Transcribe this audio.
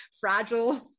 fragile